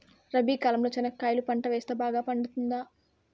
రబి కాలంలో చెనక్కాయలు పంట వేస్తే బాగా పండుతుందా?